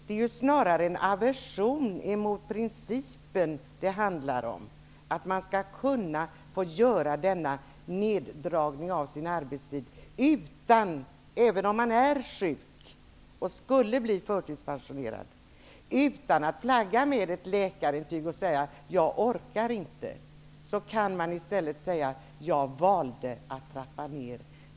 Det är snarare en aversion mot principen som det handlar om, dvs. mot att man skall kunna göra denna neddragning av sin arbetstid. Även om man är sjuk och skulle bli förtidspensionerad kan man, utan att flagga med ett läkarintyg och säga att man inte orkar längre, säga att man valde att trappa ned.